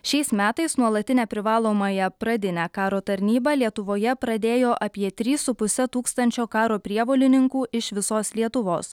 šiais metais nuolatinę privalomąją pradinę karo tarnybą lietuvoje pradėjo apie trys su puse tūkstančio karo prievolininkų iš visos lietuvos